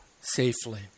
safely